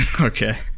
Okay